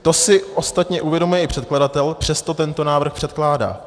To si ostatně uvědomuje i předkladatel, přesto tento návrh předkládá.